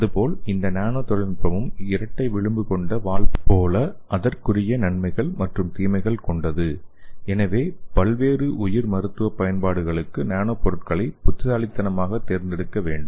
அதுபோல் இந்த நானோ தொழில்நுட்பமும் இரட்டை விளிம்புகள் கொண்ட வாள் போல அதற்குரிய நன்மைகள் மற்றும் தீமைகளைக் கொண்டது எனவே பல்வேறு உயிர் மருத்துவ பயன்பாடுகளுக்கு நானோ பொருட்களை புத்திசாலித்தனமாக தேர்ந்தெடுக்க வேண்டும்